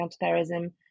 counterterrorism